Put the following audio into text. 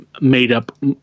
made-up